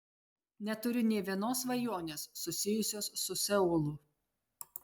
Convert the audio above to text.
neturiu nė vienos svajonės susijusios su seulu